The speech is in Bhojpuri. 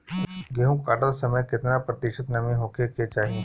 गेहूँ काटत समय केतना प्रतिशत नमी होखे के चाहीं?